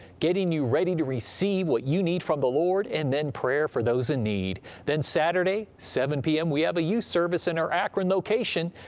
getting you ready to receive what you need from the lord, and then prayer for those in need. then saturday, seven pm, we have a youth service in our akron location.